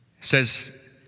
says